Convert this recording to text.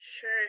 Sure